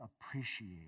appreciate